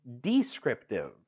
descriptive